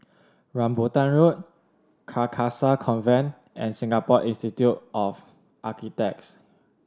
Rambutan Road Carcasa Convent and Singapore Institute of Architects